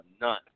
none